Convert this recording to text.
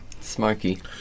Smoky